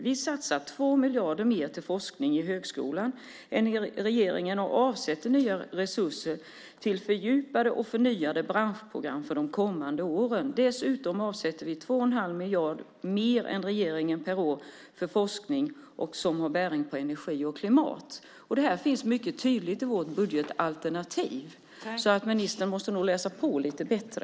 Vi satsar 2 miljarder mer än regeringen till forskning i högskolan och avsätter nya resurser till fördjupade och förnyade branschprogram för de kommande åren. Dessutom avsätter vi 2 1⁄2 miljard mer än regeringen per år för forskning som har bäring på energi och klimat. Detta framgår mycket tydligt av vårt budgetalternativ. Ministern måste nog läsa på lite bättre.